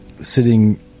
sitting